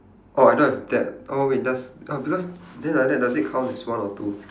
oh I don't have that oh wait does oh because then like that does it count as one or two